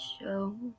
show